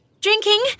drinking